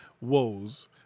woes